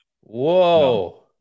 whoa